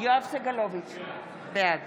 יואב סגלוביץ' בעד